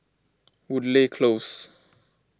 Woodleigh Close